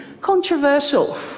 controversial